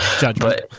Judgment